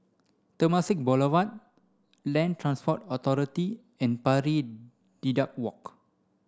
Temasek Boulevard Land Transport Authority and Pari Dedap Walk